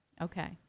Okay